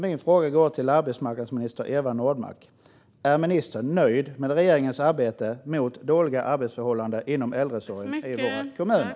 Min fråga går till arbetsmarknadsminister Eva Nordmark: Är ministern nöjd med regeringens arbete mot dåliga arbetsförhållanden inom äldreomsorgen i våra kommuner?